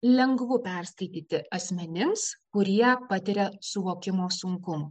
lengvu perskaityti asmenims kurie patiria suvokimo sunkumų